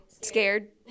scared